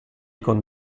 con